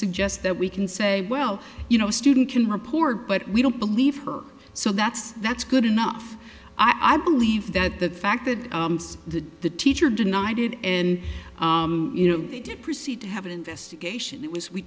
suggest that we can say well you know a student can report but we don't believe her so that's that's good enough i believe that the fact that the the teacher denied it and you know it proceed to have an investigation that was we